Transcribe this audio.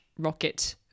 Rocket